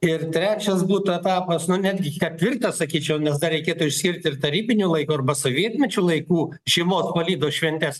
ir trečias būtų etapas nuo netgi ketvirtas sakyčiau nes dar reikėtų išskirti ir tarybinių laikų arba sovietmečio laikų žiemos palydo šventes